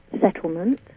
settlement